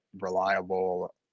reliable